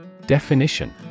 Definition